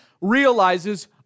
realizes